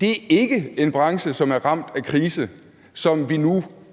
Det er ikke en branche, som er ramt af krise, som et